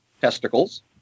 testicles